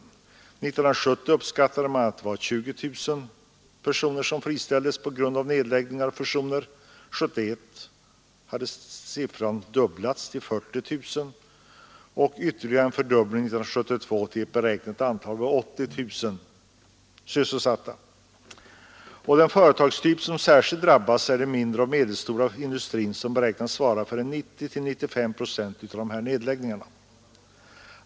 1970 uppskattade man att 20 000 personer friställdes på grund av nedläggningar och fusioner. 1971 hade siffran dubblats till 40 000, och 1972 var ytterligare en fördubbling — man beräknar att 80000 friställdes. Den företagstyp som särskilt drabbats är den mindre och medelstora industrin, som beräknas svara för 90—95 procent av dessa nedläggningar.